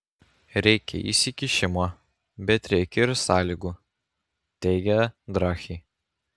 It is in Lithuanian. reikia įsikišimo bet reikia ir sąlygų teigė draghi